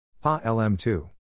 PA-LM2